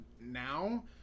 now